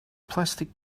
plastic